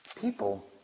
People